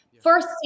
first